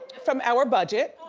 from our budget.